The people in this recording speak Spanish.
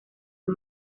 fue